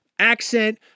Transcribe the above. Accent